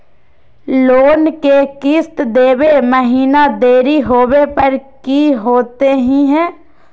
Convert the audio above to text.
Loan के किस्त देवे महिना देरी होवे पर की होतही हे?